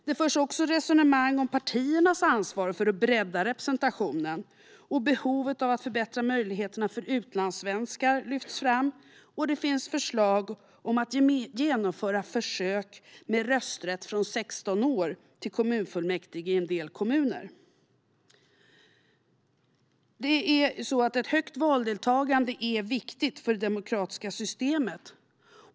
Det förs också resonemang om partiernas ansvar för att bredda representationen, behovet av att förbättra möjligheterna för utlandssvenskar lyfts fram, och det finns förslag om att genomföra försök med rösträtt från 16 år till kommunfullmäktige i en del kommuner. Ett högt valdeltagande är viktigt för det demokratiska systemet.